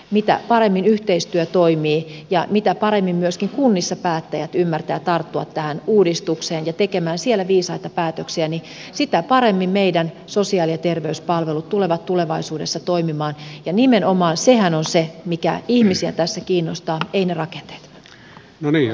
mitä paremmin yhteistyö toimii ja mitä paremmin myöskin kunnissa päättäjät ymmärtävät tarttua tähän uudistukseen ja tekemään siellä viisaita päätöksiä sitä paremmin meidän sosiaali ja terveyspalvelut tulevat tulevaisuudessa toimimaan ja nimenomaan sehän on se mikä ihmisiä tässä kiinnostaa eivät ne rakenteet